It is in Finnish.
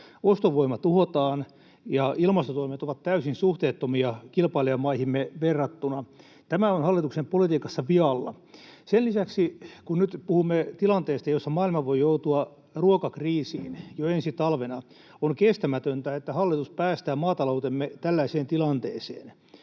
ostovoima tuhotaan, ja ilmastotoimet ovat täysin suhteettomia kilpailijamaihimme verrattuna — tämä on hallituksen politiikassa vialla. Sen lisäksi — kun nyt puhumme tilanteesta, jossa maailma voi joutua ruokakriisiin jo ensi talvena — on kestämätöntä, että hallitus päästää maataloutemme tällaiseen tilanteeseen.